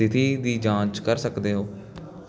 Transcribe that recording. ਸਥਿਤੀ ਦੀ ਜਾਂਚ ਕਰ ਸਕਦੇ ਹੋ